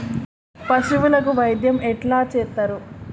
పశువులకు వైద్యం ఎట్లా చేత్తరు?